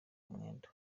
umwenda